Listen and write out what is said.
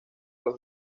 los